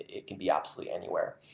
it could be absolutely anywhere.